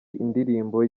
indirimbo